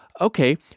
Okay